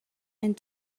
and